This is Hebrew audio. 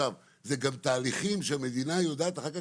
בנוסף, אלה תהליכים שהמדינה יודעת אחר כך